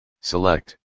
Select